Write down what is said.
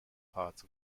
parts